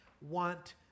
want